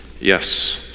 Yes